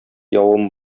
явым